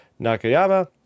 Nakayama